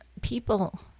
people